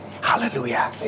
hallelujah